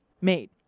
made